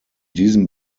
diesem